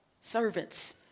servants